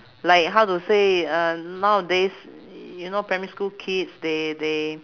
like how to say uh nowadays you know primary school kids they they